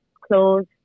clothes